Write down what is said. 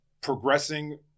progressing